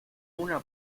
una